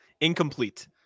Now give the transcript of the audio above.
Incomplete